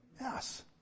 Yes